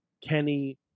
Kenny